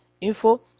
info